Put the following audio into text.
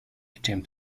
attempt